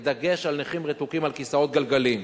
בדגש על נכים רתוקים לכיסאות גלגלים.